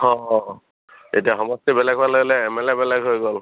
অঁ অঁ অঁ এতিয়া সমষ্টি বেলেগ হোৱাৰ লগে লগে এম এল এ বেলেগ হৈ গ'ল